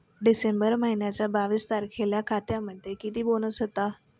डिसेंबर महिन्याच्या बावीस तारखेला खात्यामध्ये किती बॅलन्स होता?